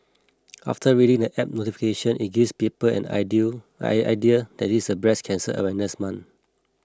after reading the app notification it gives people an ideal idea that this is the breast cancer awareness month